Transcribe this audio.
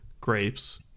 grapes